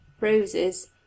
Roses